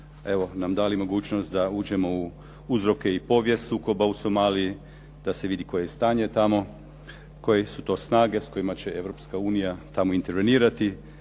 evo nam dali mogućnost da uđemo u uzroke i povijest sukoba u Somaliji da se vidi koje je stanje tamo, koje su to snage s kojima će Europska unija tamo intervenirati.